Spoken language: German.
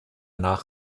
nach